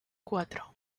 cuatro